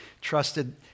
trusted